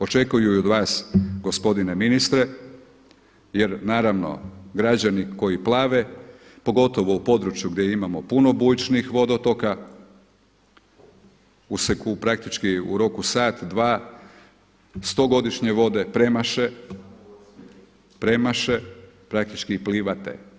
Očekuju i od vas, gospodine ministre, jer naravno građani koji plave pogotovo u području gdje imamo puno bujičnih vodotoka, gdje praktički u roku sat, dva stogodišnje vode premaše, praktički plivate.